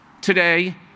Today